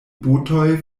botoj